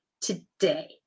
today